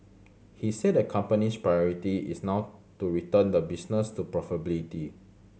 he said the company's priority is not to return the business to profitability